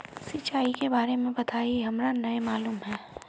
सिंचाई के बारे में बताई हमरा नय मालूम है?